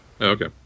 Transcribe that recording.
Okay